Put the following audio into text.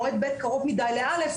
מועד ב' קרוב מדי ל-א'.